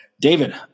David